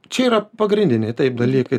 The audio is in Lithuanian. čia yra pagrindiniai taip dalykai